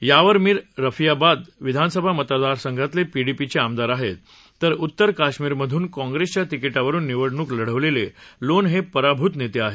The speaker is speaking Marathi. यावर मीर रफियाबाद विधानसभा मतदारसंघातले पीडीपीचे आमदार आहेत तर उत्तर कश्मीरमधून काँप्रेसच्या तिकीटावरुन निवडणूक लढवलेले लोन हे पराभूत नेते आहेत